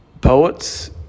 poets